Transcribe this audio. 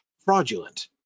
fraudulent